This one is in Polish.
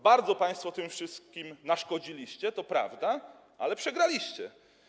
Bardzo państwo tym wszystkim naszkodziliście, to prawda, ale przegraliście.